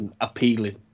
appealing